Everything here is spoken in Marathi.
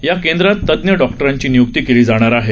या केंद्रात तज्ञ डॉक्टरांची नियुक्ती केली जाणार आहे